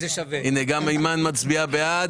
הנה, גם אימאן ח'טיב יאסין מצביעה בעד.